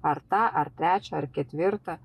ar tą ar trečią ar ketvirtą